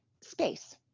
space